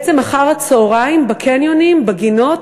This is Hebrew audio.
בעצם אחר-הצהריים, בקניונים, בגינות,